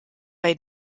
bei